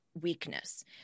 weakness